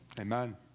Amen